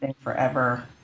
forever